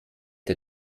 der